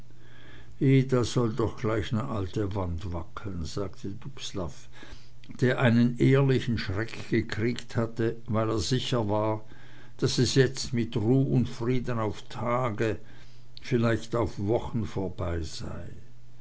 da soll doch gleich ne alte wand wackeln sagte dubslav der einen ehrlichen schreck gekriegt hatte weil er sicher war daß es jetzt mit ruh und frieden auf tage vielleicht auf wochen vorbei sei